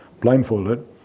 blindfolded